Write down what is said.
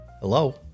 Hello